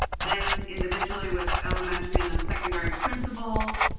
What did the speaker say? then individually with elementary and then secondary principals,